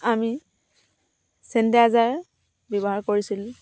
আমি চেনিটাইজাৰ ব্যৱহাৰ কৰিছিলোঁ